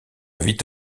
vite